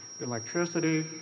electricity